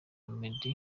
meddy